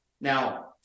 Now